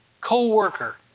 co-worker